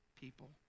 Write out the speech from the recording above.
people